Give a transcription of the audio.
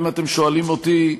אם אתם שואלים אותי,